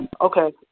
Okay